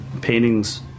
paintings